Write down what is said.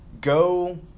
go